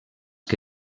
que